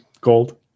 gold